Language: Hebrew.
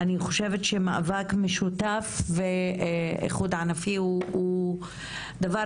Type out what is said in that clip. אני חושבת שמאבק משותף ואיחוד ענפי הוא דבר